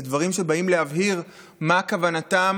זה דברים שבאים להבהיר מה כוונתם